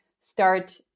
start